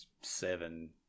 seven